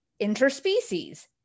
interspecies